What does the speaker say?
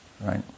right